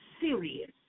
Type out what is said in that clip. serious